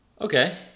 Okay